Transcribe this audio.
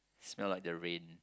smell like the rain